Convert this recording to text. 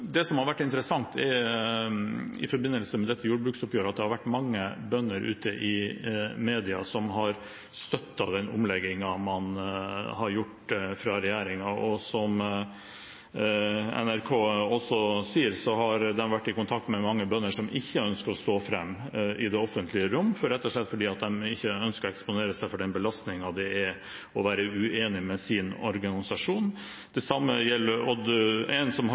Det som har vært interessant i forbindelse med dette jordbruksoppgjøret, er at det har vært mange bønder ute i media som har støttet den omleggingen regjeringen har gjort. Og som NRK sier, har de vært i kontakt med mange bønder som ikke ønsker å stå fram i det offentlige rom, rett og slett fordi de ikke ønsker å eksponere seg for den belastningen det er å være uenig med sin organisasjon. En som har